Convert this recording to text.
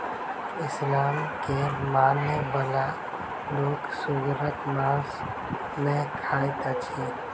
इस्लाम के मानय बला लोक सुगरक मौस नै खाइत अछि